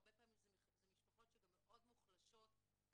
הרבה פעמים אלה משפחות שגם מאוד מוחלשות כלכלית,